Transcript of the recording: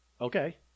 Okay